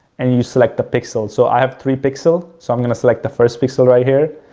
and you select the pixel. so, i have three pixel, so i'm going to select the first pixel right here.